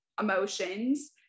emotions